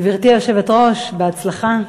גברתי היושבת-ראש, בהצלחה.